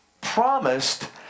promised